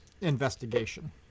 investigation